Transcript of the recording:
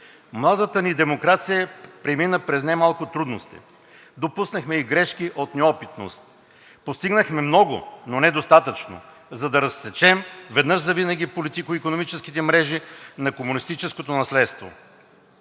Младата ни демокрация премина през немалко трудности. Допуснахме и грешки от неопитност. Постигнахме много, но недостатъчно, за да разсечем веднъж завинаги политико-икономическите мрежи на комунистическото наследство.